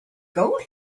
gold